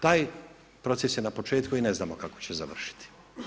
Taj proces je na početku i ne znamo kako će završiti.